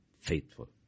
faithful